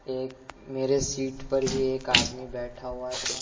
ایک میری سیٹ پر ہی ایک آدمی بیٹھا ہوا تھا